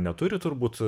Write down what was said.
neturi turbūt